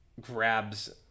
grabs